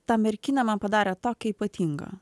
tą merkinę man padarė tokią ypatingą